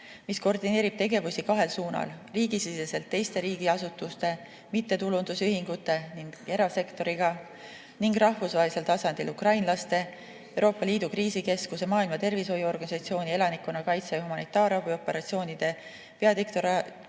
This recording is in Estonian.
mis koordineerib tegevusi kahel suunal: riigisiseselt teiste riigiasutuste, mittetulundusühingute ja erasektoriga ning rahvusvahelisel tasandil koos ukrainlaste, Euroopa Liidu kriisikeskuse, Maailma Terviseorganisatsiooni elanikkonnakaitse ja humanitaarabioperatsioonide peadirektoraadi